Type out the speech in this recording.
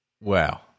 Wow